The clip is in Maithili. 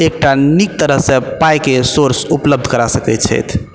एक टा नीक तरह से पाइके सोर्स उपलब्ध करा सकैत छैथ